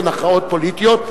הן הכרעות פוליטיות,